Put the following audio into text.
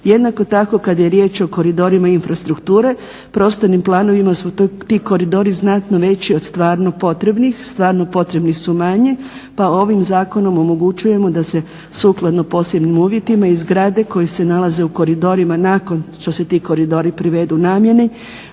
Jednako tako kada je riječ o koridorima infrastrukture prostornim planovima su ti koridori znatno veći od stvarno potrebnih, stvarno potrebni su manji pa ovim zakonom omogućujemo da se sukladno posebnim uvjetima i zgrade koje se nalaze u koridorima nakon što se ti koridori privedu namjeni